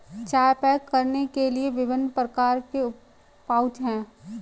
चाय पैक करने के लिए विभिन्न प्रकार के पाउच हैं